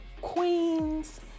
queens